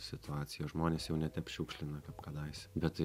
situacija žmonės jau ne tep šiukšlina kaip kadaise bet